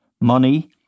money